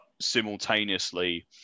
simultaneously